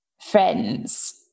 friends